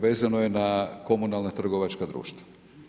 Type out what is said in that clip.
Vezano je na komunalna trgovačka društva.